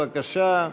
בבקשה,